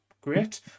Great